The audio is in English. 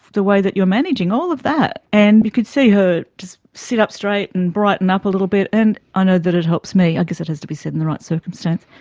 the way that you're managing all of that and you could see her just sit up straight and brighten up a little bit, and i know that it helps me. i guess it has to be said in the right circumstances.